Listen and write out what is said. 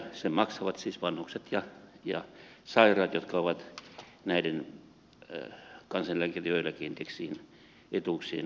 sen maksavat siis vanhukset ja sairaat jotka ovat näiden kansaneläke ja työeläkeindeksien etuuksien saajia